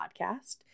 podcast